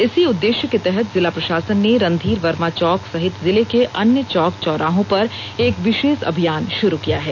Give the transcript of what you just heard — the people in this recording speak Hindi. इसी उद्देश्य को तहत जिला प्रशासन ने रणधीर वर्मा चौक सहित जिले के अन्य चौक चौराहों पर एक विशेष अभियान शुरू किया है